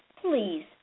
please